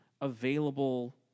available